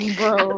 bro